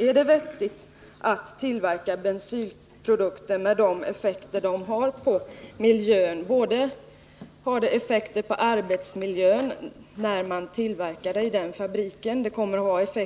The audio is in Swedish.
Jag tänker på effekterna såväl på arbetsmiljön i fabriken där tillverkningen sker